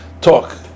talk